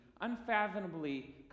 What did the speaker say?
unfathomably